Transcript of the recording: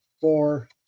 four